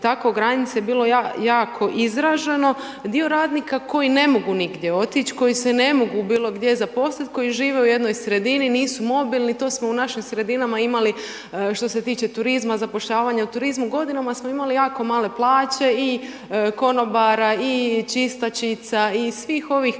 tako granice bilo je jako izraženo, dio radnika koji ne mogu nigdje otići, koji se ne mogu bilogdje zaposliti, koji žive u jednoj sredini nisu mobilni, to smo u našim sredinama imali što se tiče turizma, zapošljavanja u turizmu, godinama smo imali jako male plaće i konobara i čistačice i svih ovih zanimanja